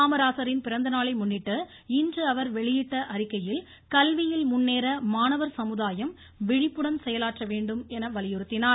காமராஜரின் பிறந்தநாளை முன்னிட்டு இன்று அவர் வெளியிட்ட அறிக்கையில் கல்வியில் முன்னேற மாணவர் சமுதாயம் விழிப்புடன் செயலாற்ற வேண்டும் என வலியுறுத்தினார்